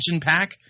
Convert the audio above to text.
pack